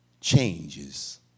changes